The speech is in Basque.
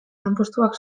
lanpostuak